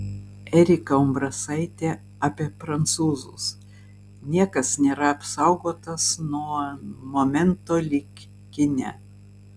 erika umbrasaitė apie prancūzus niekas nėra apsaugotas nuo momento lyg kine